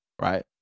right